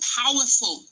powerful